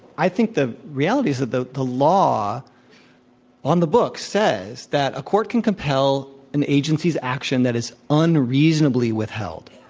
i think the reality is that the the law on the books says that a court can compel an agency's action that is unreasonably withheld.